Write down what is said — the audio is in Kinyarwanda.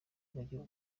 bagira